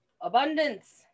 Abundance